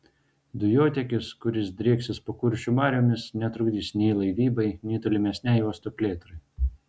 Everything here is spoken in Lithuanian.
dujotiekis kuris drieksis po kuršių mariomis netrukdys nei laivybai nei tolimesnei uosto plėtrai